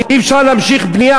אי-אפשר להמשיך בנייה,